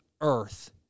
Earth